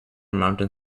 mountain